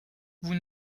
vous